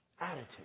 Attitude